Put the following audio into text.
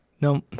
no